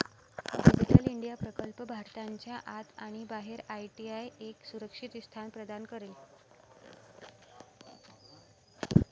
digital India प्रकल्प भारताच्या आत आणि बाहेर आय.टी साठी एक सुरक्षित स्थान प्रदान करेल